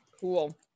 Cool